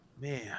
Man